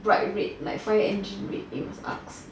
bright red like fire engine red with X